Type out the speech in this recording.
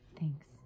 Thanks